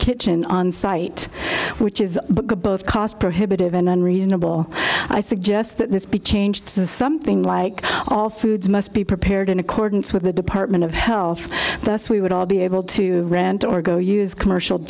kitchen onsite which is both cost prohibitive and unreasonable i suggest that this be changed to something like all foods must be prepared in accordance with the department of health and thus we would all be able to rent or go use commercial